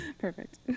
Perfect